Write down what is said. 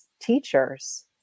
teachers